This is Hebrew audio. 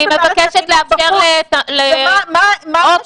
אני מבקשת לאפשר ל --- ומה התשובה לזה?